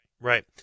Right